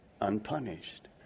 unpunished